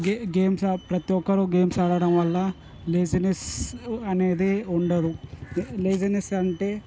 games of ప్రతి ఒక్కరు games ఆడటం వల్ల లేజినెస్ అనేది ఉండదు లేజినెస్ అంటే